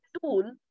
tool